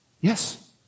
Yes